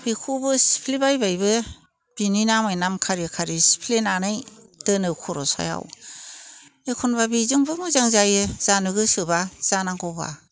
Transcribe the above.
बेखौबो सिफ्लेबायबायबो बिनि नामै नाम खारि खारि सिफ्लेनानै दोनो खर'सायाव एखनब्ला बेजोंबो मोजां जायो जानो गोसोब्ला जानांगौब्ला